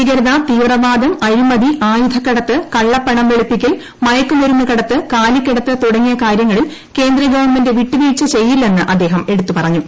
ഭീകരത തീവ്രവാദം അഴിമതി ആയുധക്കടത്ത് കള്ളപ്പണം വെളുപ്പിക്കൽ മയക്ക് മരുന്ന് കടത്ത് കാലിക്കടത്ത് തുടങ്ങിയ കാര്യങ്ങളിൽ കേന്ദ്ര ഗവൺമെന്റ് വിട്ടുവീഴ്ച ചെയ്യില്ലെന്ന് അദ്ദേഹം എടുത്തു പറഞ്ഞു